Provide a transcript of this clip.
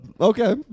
Okay